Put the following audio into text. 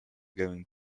going